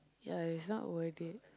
ya is not worth it